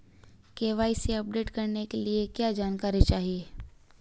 KYC update करने के लिए क्या जानकारी चाहिए?